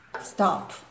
stop